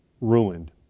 ruined